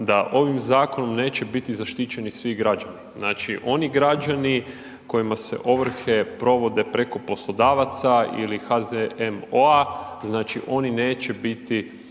da ovim zakonom neće biti zaštićeni svi građani. Znači, oni građani kojima se ovrhe provode preko poslodavaca ili HZMO-a znači oni neće biti